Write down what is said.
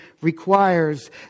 requires